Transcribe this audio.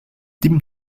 tim